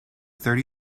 thirty